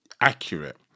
accurate